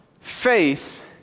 faith